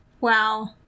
Wow